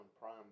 Prime